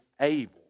able